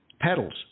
pedals